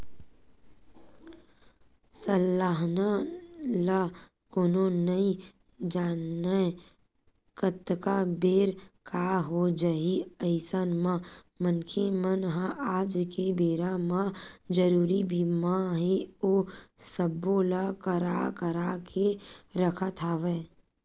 अलहन ल कोनो नइ जानय कतका बेर काय हो जाही अइसन म मनखे मन ह आज के बेरा म जरुरी बीमा हे ओ सब्बो ल करा करा के रखत हवय